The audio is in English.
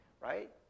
right